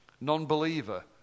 Non-believer